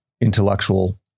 intellectual